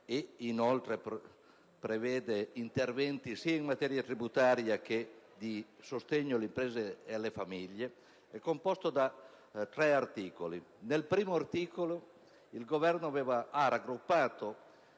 e che prevede interventi sia in materia tributaria che di sostegno alle imprese e alle famiglie, è composto da tre articoli. Nel primo, il Governo ha raggruppato